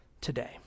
today